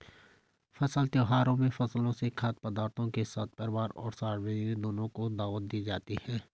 फसल त्योहारों में फसलों से खाद्य पदार्थों के साथ परिवार और सार्वजनिक दोनों को दावत दी जाती है